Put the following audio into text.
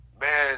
man